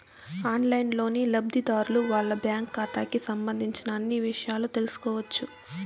ఆన్లైన్లోనే లబ్ధిదారులు వాళ్ళ బ్యాంకు ఖాతాకి సంబంధించిన అన్ని ఇషయాలు తెలుసుకోవచ్చు